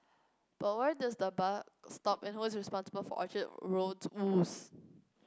but where does the buck stop and who is responsible for Orchard Road's woes